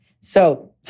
So-